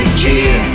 cheer